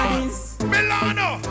Milano